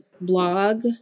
blog